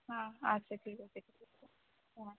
হ্যাঁ আচ্ছা ঠিক আছে হ্যাঁ